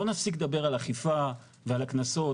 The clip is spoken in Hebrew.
בואו נפסיק לדבר על אכיפה ועל הקנסות,